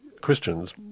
Christians